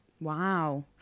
Wow